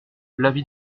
l’avis